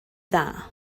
dda